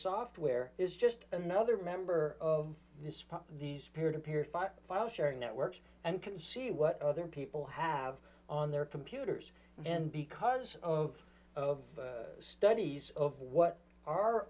software is just another member of these peer to peer file file sharing networks and can see what other people have on their computers and because of of studies of what